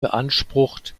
beansprucht